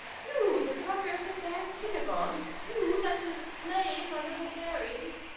you, the brother of the fair cunegonde! you, that was slain by the bulgarians!